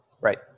Right